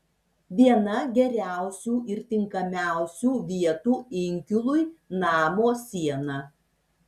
viena geriausių ir tinkamiausių vietų inkilui namo siena